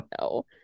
no